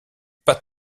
pas